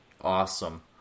Awesome